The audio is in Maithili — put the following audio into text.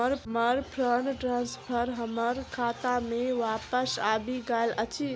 हमर फंड ट्रांसफर हमर खाता मे बापस आबि गइल अछि